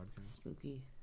Spooky